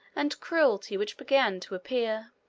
and cruelty which begin to appear.